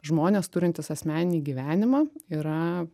žmonės turintys asmeninį gyvenimą yra